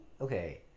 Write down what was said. Okay